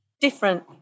different